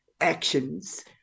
actions